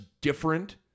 different